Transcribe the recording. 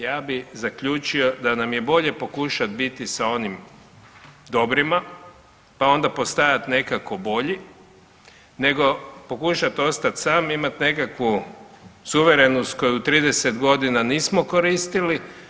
Ja bih zaključio da nam je bolje pokušati biti sa onim dobrima pa onda postajati nekako bolji, nego pokušati ostati sam, imati nekakvu suverenost koju 30 godina nismo koristili.